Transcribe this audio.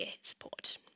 support